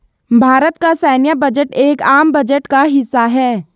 भारत का सैन्य बजट एक आम बजट का हिस्सा है